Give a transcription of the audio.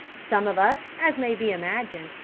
some of us, as may be imagined,